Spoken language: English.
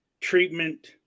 treatment